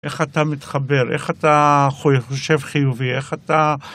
איך אתה מתחבר, איך אתה חושב חיובי, איך אתה...